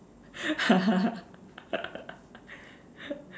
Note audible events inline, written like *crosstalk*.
*laughs*